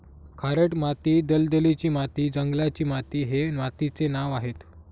खारट माती, दलदलीची माती, जंगलाची माती हे मातीचे नावं आहेत